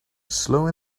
slow